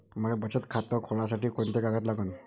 मले बचत खातं खोलासाठी कोंते कागद लागन?